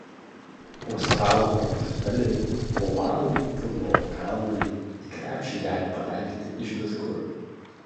australų pramuštgalviai ovalų futbolo kamuolį į krepšį gali pataikyti iš bet kur